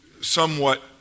somewhat